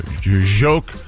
Joke